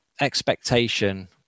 expectation